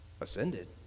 ascended